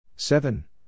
Seven